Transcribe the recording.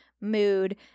mood